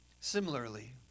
Similarly